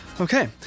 Okay